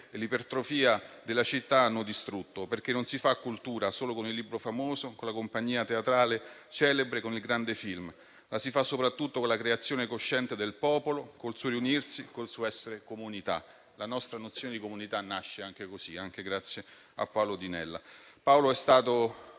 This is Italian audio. e l'ipertrofia della città avevano distrutto, perché non si fa cultura solo con il libro famoso e con la compagnia teatrale celebre o con il grande film, ma si fa soprattutto con la creazione cosciente del popolo, col suo riunirsi e col suo essere comunità. La nostra nozione di comunità nasce così, anche grazie a Paolo Di Nella. Paolo è stato